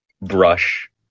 brush